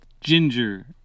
ginger